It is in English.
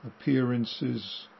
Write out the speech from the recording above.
appearances